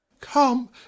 Come